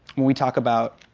when we talk about